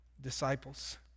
disciples